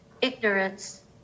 ignorance